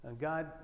God